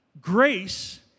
Grace